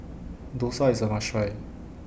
Dosa IS A must Try